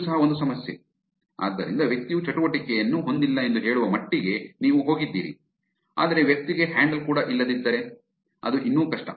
ಇದು ಸಹ ಒಂದು ಸಮಸ್ಯೆ ಆದ್ದರಿಂದ ವ್ಯಕ್ತಿಯು ಚಟುವಟಿಕೆಯನ್ನು ಹೊಂದಿಲ್ಲ ಎಂದು ಹೇಳುವ ಮಟ್ಟಿಗೆ ನೀವು ಹೋಗಿದ್ದೀರಿ ಆದರೆ ವ್ಯಕ್ತಿಗೆ ಹ್ಯಾಂಡಲ್ ಕೂಡ ಇಲ್ಲದಿದ್ದರೆ ಅದು ಇನ್ನೂ ಕಷ್ಟ